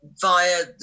via